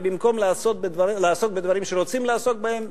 ובמקום לעסוק בדברים שרוצים לעסוק בהם,